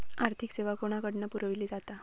आर्थिक सेवा कोणाकडन पुरविली जाता?